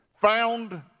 Found